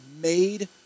made